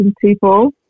people